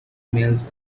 males